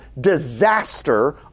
disaster